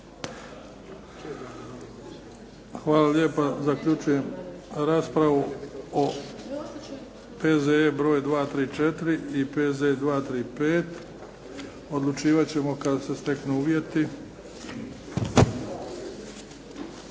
Hvala lijepa. Zaključujem raspravu o P.Z.E. br. 234 i P.Z. 235. Odlučivat ćemo kada se steknu uvjeti.